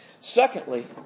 Secondly